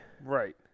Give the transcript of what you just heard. Right